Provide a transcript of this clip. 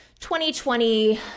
2020